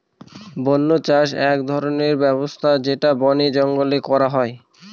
বন্য চাষ এক ধরনের চাষ ব্যবস্থা যেটা বনে জঙ্গলে করা হয়